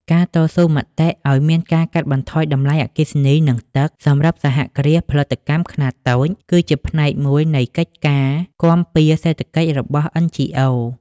ការតស៊ូមតិឱ្យមានការកាត់បន្ថយតម្លៃអគ្គិសនី និងទឹកសម្រាប់សហគ្រាសផលិតកម្មខ្នាតតូច គឺជាផ្នែកមួយនៃកិច្ចការគាំពារសេដ្ឋកិច្ចរបស់ NGOs។